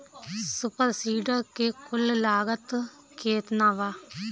Super seeder के कुल लागत केतना बा?